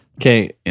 Okay